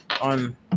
on